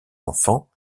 enfants